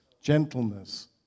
gentleness